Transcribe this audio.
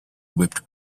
whipped